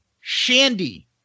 Shandy